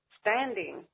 standing